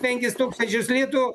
penkis tūkstančius litų